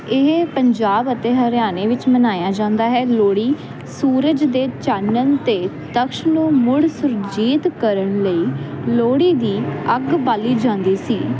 ਇਹ ਪੰਜਾਬ ਅਤੇ ਹਰਿਆਣੇ ਵਿੱਚ ਮਨਾਇਆ ਜਾਂਦਾ ਹੈ ਲੋੜੀ ਸੂਰਜ ਤੇ ਚਾਨਣ ਤੇ ਦਕਸ਼ ਨੂੰ ਮੁੜ ਸੁਰਜੀਤ ਕਰਨ ਲਈ ਲੋਹੜੀ ਦੀ ਅੱਗ ਬਾਲੀ ਜਾਂਦੀ ਸੀ